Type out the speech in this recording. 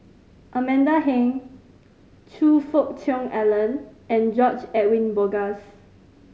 Amanda Heng Choe Fook Cheong Alan and George Edwin Bogaars